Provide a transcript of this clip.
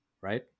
right